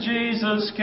Jesus